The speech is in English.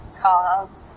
cars